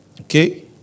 Okay